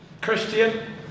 Christian